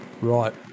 right